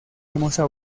hermosa